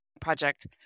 project